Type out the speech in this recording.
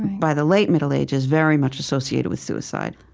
by the late middle ages, very much associated with suicide